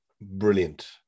Brilliant